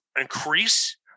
increase